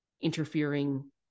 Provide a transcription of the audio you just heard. interfering